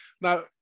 now